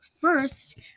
first